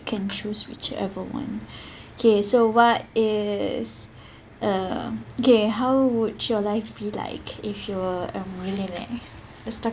can choose whichever one okay so what is uh okay how would your life be like if you're a millionaire let's talk